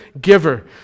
giver